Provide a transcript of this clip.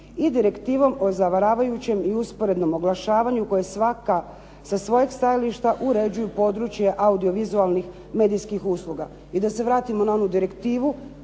i Direktivom o zavaravajućem i usporednom oglašavanju koje svaka sa svojeg stajališta uređuju područje audiovizualnih medijskih usluga. I da se vratimo na onu direktivu